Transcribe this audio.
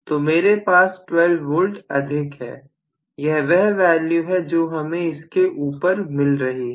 तो मेरे पास 12 वोल्ट अधिक है यह वह वैल्यू है जो हमें इसके ऊपर मिल रही है